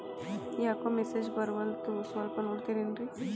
ಯಾಕೊ ಮೆಸೇಜ್ ಬರ್ವಲ್ತು ಸ್ವಲ್ಪ ನೋಡ್ತಿರೇನ್ರಿ?